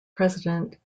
president